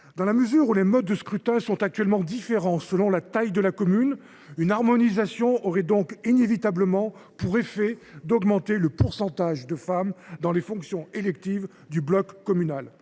Dans la mesure où les modes de scrutin sont actuellement différents selon la taille des communes, une harmonisation aurait donc inévitablement pour effet d’augmenter le pourcentage de femmes exerçant des fonctions électives au sein du bloc communal.